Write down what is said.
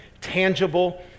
tangible